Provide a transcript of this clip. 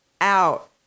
out